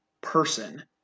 person